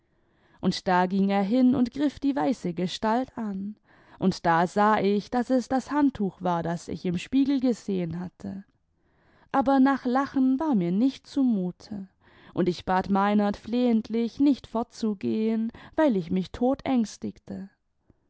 und da ging er hin und griff die weiße gestalt an und da sah ich daß es das handtuch war das ich im spiegel gesehen hatte aber nach lachen war mir nicht zumute und ich bat meinert flehentlich nicht fortzugehen weil ich mich